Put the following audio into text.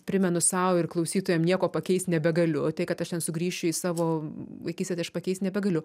primenu sau ir klausytojam nieko pakeist nebegaliu tai kad aš ten sugrįšiu į savo vaikystės aš pakeist nebegaliu